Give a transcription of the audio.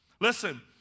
Listen